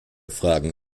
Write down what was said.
fragen